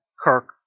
Kirk